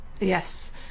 Yes